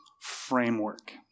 framework